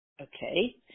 Okay